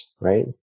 right